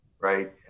right